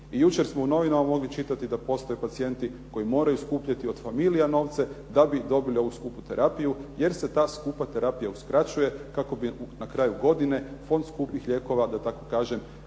I jučer smo u novinama mogli čitati da postoje pacijenti koji moraju skupljati od familija novce da bi dobili ovu skupu terapiju jer se ta skupa terapija uskraćuje kako bi na kraju godine fond skupih lijekova, da tako kažem